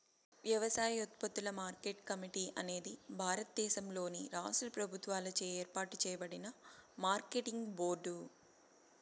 వ్యవసాయోత్పత్తుల market committee అనేది భారతదేశంలోని రాష్ట్ర ప్రభుత్వాలచే ఏర్పాటు చేయబడిన మార్కెటింగ్ బోర్డు